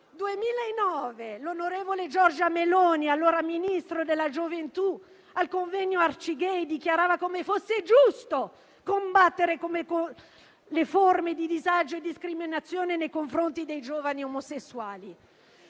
2009 l'onorevole Giorgia Meloni, allora ministro della gioventù, al convegno dell'Arcigay dichiarava come fosse giusto combattere le forme di disagio e discriminazione nei confronti dei giovani omosessuali.